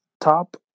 top